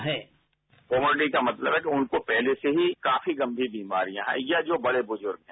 sound bite comorbidity का मतलब है कि उनको पहले से ही काफी गंभीर बीमारियां हैं या जो बड़े बुज़्ग हैं